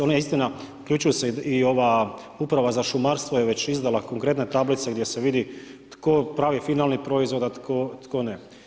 Ona istina, uključuju se i ova Uprava za šumarstvo je već izdala konkretne tablice gdje se vidi tko pravi finalni proizvod, a tko ne.